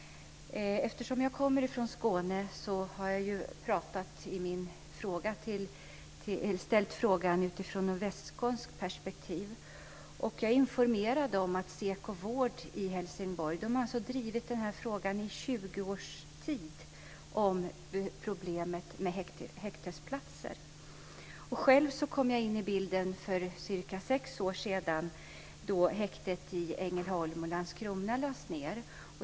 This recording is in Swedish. Eftersom jag kommer från Skåne har jag ställt frågan utifrån ett västskånskt perspektiv. Jag är informerad om att SEKO Vård i Helsingborg har drivit den här frågan om problemet med häktesplatser i 20 års tid. Själv kom jag in i bilden för cirka sex år sedan när häktet i Ängelholm och Landskrona lades ned.